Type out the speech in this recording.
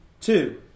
Two